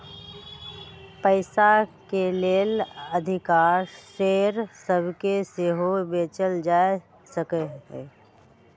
पइसाके लेल अग्राधिकार शेयर सभके सेहो बेचल जा सकहइ